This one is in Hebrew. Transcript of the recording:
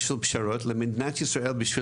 בשביל פשרות; למדינת ישראל,